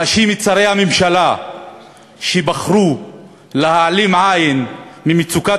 מאשים את שרי הממשלה שבחרו להעלים עין ממצוקת